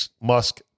Musk